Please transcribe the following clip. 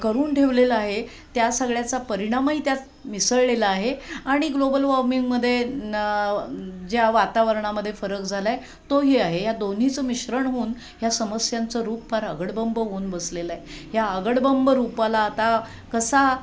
करून ठेवलेलं आहे त्या सगळ्याचा परिणामही त्यात मिसळलेला आहे आणि ग्लोबल वॉर्मिंगमध्ये ज्या वातावरणामध्ये फरक झाला आहे तोही आहे या दोन्हीचं मिश्रण होऊन ह्या समस्यांचं रूप फार अगडबंब होऊन बसलेलं आहे ह्या अगडबंब रूपाला आता कसा